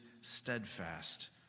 steadfast